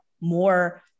more